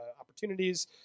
opportunities